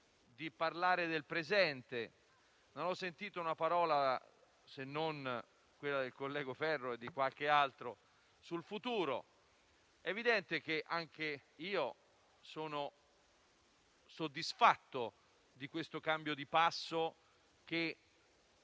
grazie a tutto